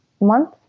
month